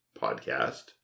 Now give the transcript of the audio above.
podcast